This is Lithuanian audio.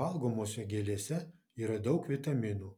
valgomose gėlėse yra daug vitaminų